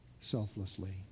selflessly